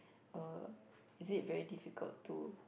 uh is it very difficult to